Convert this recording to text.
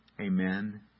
Amen